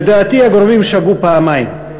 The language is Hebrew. לדעתי, הגורמים שגו פעמיים.